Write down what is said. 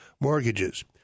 mortgages